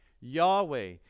Yahweh